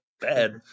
Bad